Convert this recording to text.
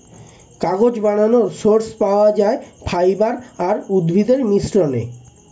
কাগজ বানানোর সোর্স পাওয়া যায় ফাইবার আর উদ্ভিদের মিশ্রণে